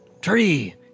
tree